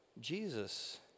Jesus